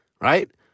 Right